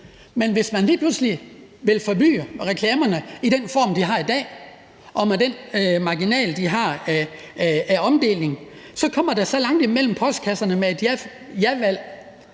Men hvis man lige pludselig vil fordyre reklamerne i den form, de har i dag, og med den marginal, de har, ved omdeling, så bliver der så langt imellem postkasserne ved en Ja